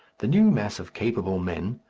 the new mass of capable men,